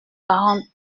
quarante